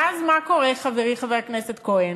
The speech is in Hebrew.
ואז, מה קורה, חברי חבר הכנסת כהן?